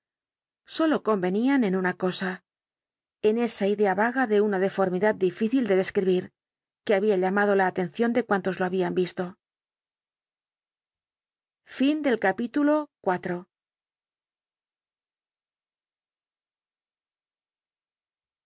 sólo convenían en una cosa en esa idea vaga de una deformidad difícil de describir que había llamado la atención de cuantos lo habían visto